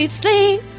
sleep